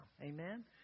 Amen